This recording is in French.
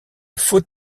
foot